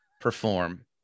perform